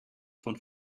von